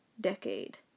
decade